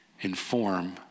inform